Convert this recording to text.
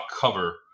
cover